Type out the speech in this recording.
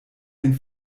den